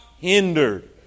hindered